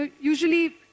usually